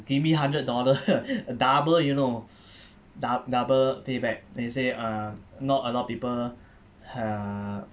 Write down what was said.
give me hundred dollar double you know dou~ double payback they say uh not a lot of people uh